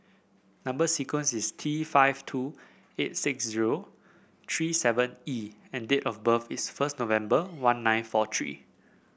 number sequence is T five two eight six zero three seven E and date of birth is first November one nine four three